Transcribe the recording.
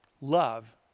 love